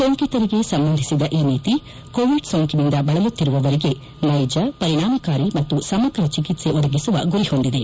ಸೋಂಕಿತರಿಗೆ ಸಂಬಂಧಿಸಿದ ಈ ನೀತಿ ಕೋವಿಡ್ ಸೋಂಕಿನಿಂದ ಬಳಲುತ್ತಿರುವವರಿಗೆ ನೈಜ ಪರಿಣಾಮಕಾರಿ ಮತ್ತು ಸಮಗ್ರ ಚಿಕಿತ್ಸೆ ಒದಗಿಸುವ ಗುರಿ ಹೊಂದಿದೆ